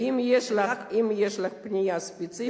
אם יש לך פנייה ספציפית,